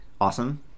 awesome